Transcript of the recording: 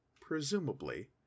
presumably